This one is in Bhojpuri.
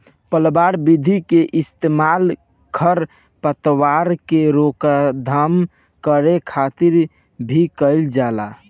पलवार विधि के इस्तेमाल खर पतवार के रोकथाम करे खातिर भी कइल जाला